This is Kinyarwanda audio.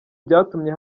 byatumye